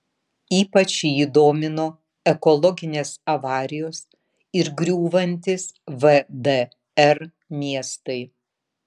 ypač jį domino ekologinės avarijos ir griūvantys vdr miestai